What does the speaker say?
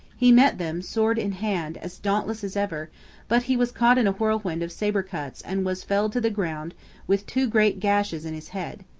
he met them, sword in hand, as dauntless as ever but he was caught in a whirlwind of sabre-cuts and was felled to the ground with two great gashes in his head.